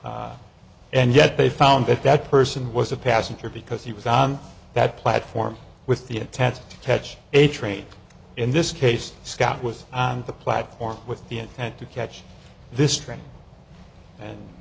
and yet they found that that person was a passenger because he was on that platform with the attempts to catch a train in this case scott with the platform with the intent to catch this train and